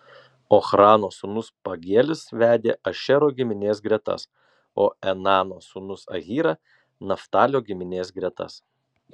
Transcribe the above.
ochrano sūnus pagielis vedė ašero giminės gretas o enano sūnus ahyra naftalio giminės gretas